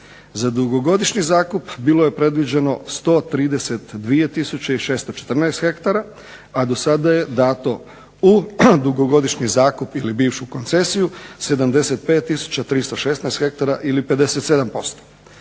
Za dugogodišnji zakup bilo je predviđeno 132 tisuće i 614 hektara, a dosada je dato u dugogodišnji zakup ili bivšu koncesiju 75 tisuća 316 hekatara ili 57%.